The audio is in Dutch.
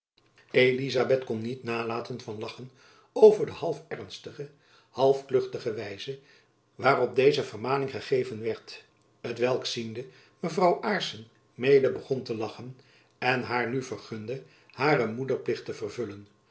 elizabeth kon niet nalaten van te lachen over de half ernstige half kluchtige wijze waarop deze vermaning gegeven werd t welk ziende mevrouw aarssen mede begon te lachen en haar nu vergunde haren moederplicht te vervullen